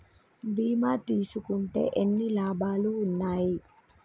బీమా తీసుకుంటే ఎన్ని లాభాలు ఉన్నాయి?